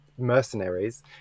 mercenaries